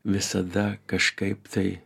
visada kažkaip tai